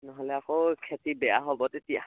নহ'লে আকৌ খেতি বেয়া হ'ব তেতিয়া